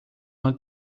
uma